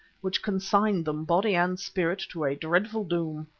which consigned them, body and spirit, to a dreadful doom.